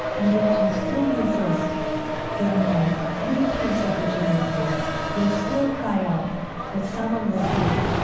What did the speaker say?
and yet you'll still resist giving them any piece of legitimacy you'll still cry out that someone will see,